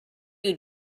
you